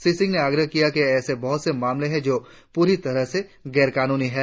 श्री सिंह ने आग्रह किया कि ऐसे बहुत से मामले है जो पूरी तरह से गैरकानूनी है